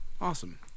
Awesome